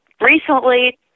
recently